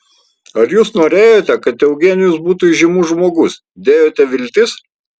ar jūs norėjote kad eugenijus būtų įžymus žmogus dėjote viltis